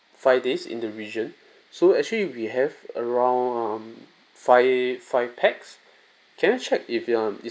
five days in the region so actually we have around um five five pax can I check if um